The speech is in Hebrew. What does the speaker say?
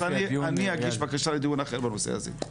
אז אני אגיש בקשה לדיון אחר בנושא הזה.